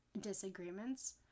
disagreements